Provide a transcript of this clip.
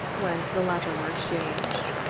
when the latter were exchanged.